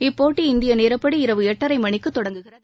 இப்போட்டி இந்திய நேரப்படி இரவு எட்டரை மணிக்கு தொடங்குகிறது